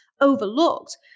overlooked